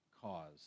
cause